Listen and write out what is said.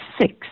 six